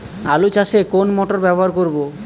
আলু চাষে কোন মোটর ব্যবহার করব?